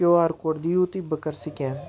کیو R code دِیِو تُہۍ بہٕ کَرٕ سکین